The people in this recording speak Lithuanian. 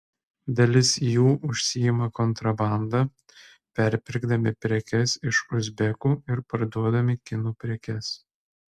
dalis jų užsiima kontrabanda perpirkdami prekes iš uzbekų ir parduodami kinų prekes